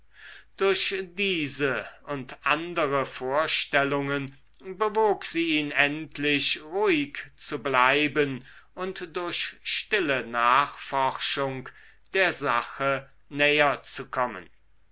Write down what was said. durch diese und andere vorstellungen bewog sie ihn endlich ruhig zu bleiben und durch stille nachforschung der sache näherzukommen und